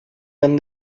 done